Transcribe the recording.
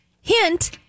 Hint